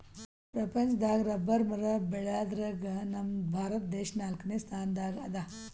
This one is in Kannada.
ಪ್ರಪಂಚದಾಗ್ ರಬ್ಬರ್ ಮರ ಬೆಳ್ಯಾದ್ರಗ್ ನಮ್ ಭಾರತ ದೇಶ್ ನಾಲ್ಕನೇ ಸ್ಥಾನ್ ದಾಗ್ ಅದಾ